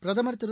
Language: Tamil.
பிரதமர் திரு